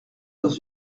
dans